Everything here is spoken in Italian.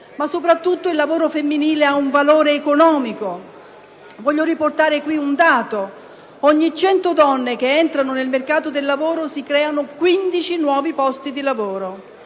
Soprattutto, il lavoro femminile rappresenta un valore economico. Voglio riportare un dato: ogni 100 donne che entrano nel mercato del lavoro, si creano 15 nuovi posti di lavoro.